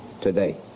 today